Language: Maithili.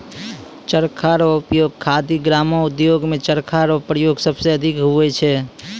चरखा रो उपयोग खादी ग्रामो उद्योग मे चरखा रो प्रयोग सबसे अधिक हुवै छै